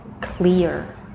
clear